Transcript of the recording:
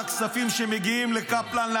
הצביע ----- מהכספים שמגיעים לקפלן,